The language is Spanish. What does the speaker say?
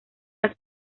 las